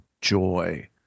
joy